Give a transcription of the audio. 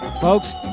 Folks